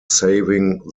saving